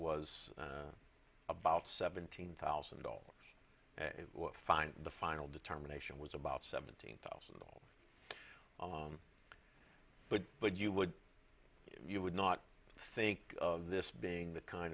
was about seventeen thousand dollars fine the final determination was about seventeen thousand but but you would you would not think of this being the kind